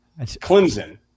Clemson